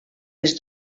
des